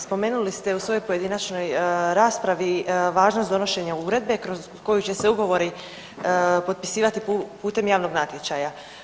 Spomenuli ste u svojoj pojedinačnoj raspravi važnost donošenja uredbe kroz koji će se ugovori potpisivati putem javnog natječaja.